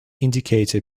indicator